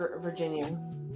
Virginia